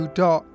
dot